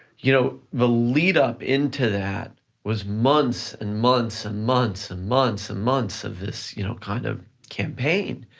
you know the lead up into that was months and months and months and months and months of this you know kind of campaign.